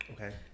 okay